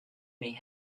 may